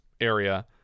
area